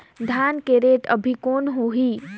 धान के रेट अभी कौन होही?